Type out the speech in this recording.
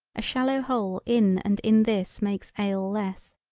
a shallow hole in and in this makes ale less.